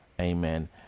amen